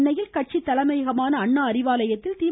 சென்னையில் கட்சித் தலைமையகமான அண்ணா அறிவாலயத்தில் தி